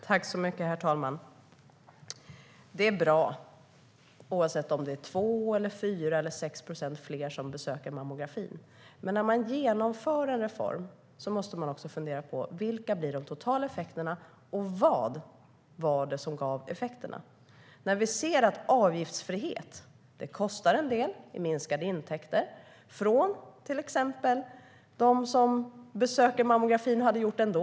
Herr talman! Det är bra. Oavsett om det är 2, 4 eller 6 procent fler som besöker mammografi är det bra. Men när man genomför en reform måste man också fundera på vilka de totala effekterna blir och vad det var som gav effekterna. Vi ser att avgiftsfrihet kostar en del i minskade intäkter från till exempel dem som besöker mammografin och som skulle ha gjort det ändå.